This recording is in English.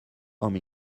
home